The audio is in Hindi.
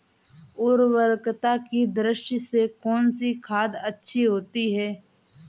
उर्वरकता की दृष्टि से कौनसी खाद अच्छी होती है?